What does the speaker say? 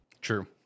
True